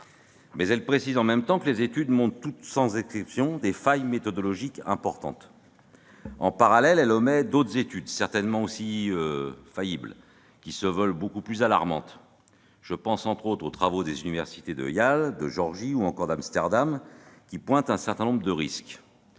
temps, elle précise que les études montrent toutes, sans exception, des failles méthodologiques importantes. En parallèle, elle omet d'autres études, certainement aussi faillibles, qui se veulent beaucoup plus alarmantes. Je pense notamment aux travaux des universités de Yale, de Géorgie ou encore d'Amsterdam, qui pointent un certain nombre de risques.